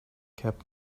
kept